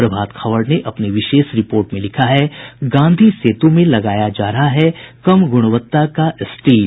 प्रभात खबर ने अपनी विशेष रिपोर्ट में लिखा है गांधी सेतु में लगाया जा रहा कम गुणवत्ता का स्टील